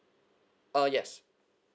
ah yes